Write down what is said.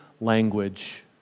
language